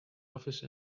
office